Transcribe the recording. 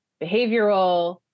behavioral